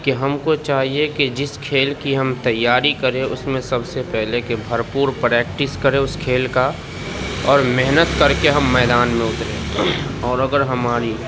کہ ہم کو چاہیے کہ جس کھیل کی ہم تیاری کریں اس میں سب سے پہلے کہ بھرپور پریکٹس کریں اس کھیل کا اور محنت کر کے ہم میدان میں اتریں اور اگر ہماری